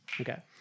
Okay